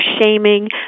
shaming